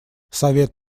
совет